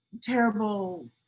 terrible